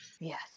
Yes